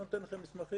לא נותן לכם מסמכים,